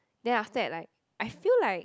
then after that like I feel like